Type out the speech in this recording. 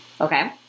Okay